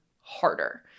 harder